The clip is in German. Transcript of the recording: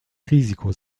risiko